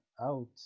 out